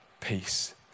peace